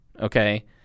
okay